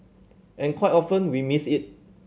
and quite often we missed it